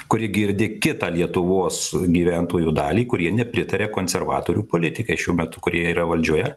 kuri girdi kitą lietuvos gyventojų dalį kurie nepritaria konservatorių politikai šiuo metu kurie yra valdžioje